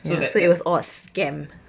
all a scam